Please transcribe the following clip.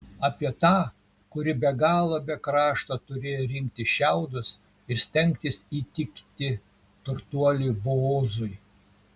apie tą kuri be galo be krašto turėjo rinkti šiaudus ir stengtis įtikti turtuoliui boozui